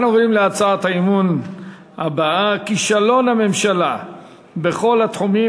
אנחנו עוברים להצעת האי-אמון הבאה: כישלון הממשלה בכל התחומים,